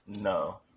No